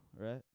right